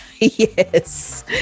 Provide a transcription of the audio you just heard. Yes